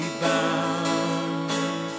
bound